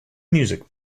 music